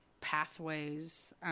pathways